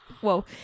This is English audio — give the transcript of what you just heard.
whoa